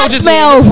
smell